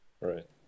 Right